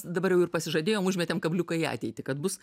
dabar jau ir pasižadėjom užmetėm kabliuką į ateitį kad bus